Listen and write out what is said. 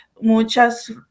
muchas